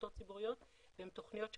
עמותות ציבוריות והן תוכניות שמצליחות,